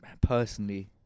personally